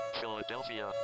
Philadelphia